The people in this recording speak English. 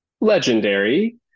legendary